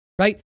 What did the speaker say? right